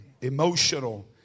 emotional